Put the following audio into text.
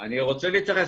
מבתי הספר,